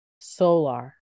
Solar